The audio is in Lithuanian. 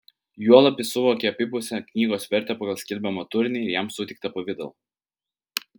juolab jis suvokė abipusę knygos vertę pagal skelbiamą turinį ir jam suteiktą pavidalą